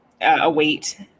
await